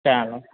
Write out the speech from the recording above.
ચાલો